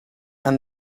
and